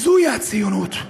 זוהי הציונות.